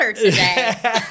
today